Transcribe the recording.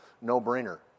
no-brainer